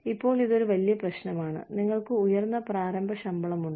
ഇപ്പോൾ ഇത് ഒരു വലിയ പ്രശ്നമാണ് നിങ്ങൾക്ക് ഉയർന്ന പ്രാരംഭ ശമ്പളമുണ്ട്